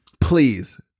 Please